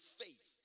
faith